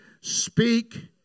speak